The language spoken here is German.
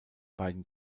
beiden